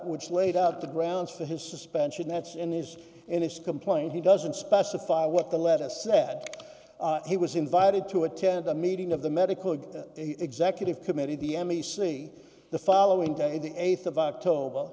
which laid out the grounds for his suspension that's in his initial complaint he doesn't specify what the letter said he was invited to attend a meeting of the medical executive committee the m e c the following day the eighth of october